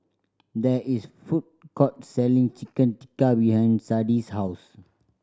there is food court selling Chicken Tikka behind Sadie's house